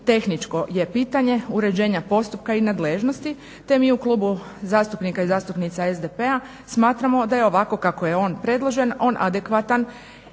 tehničko je pitanje uređenja postupka i nadležnosti, te mi u klubu zastupnika i zastupnica SDP-a smatramo da je ovako kako je on predložen on adekvatan